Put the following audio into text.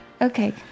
Okay